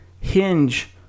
hinge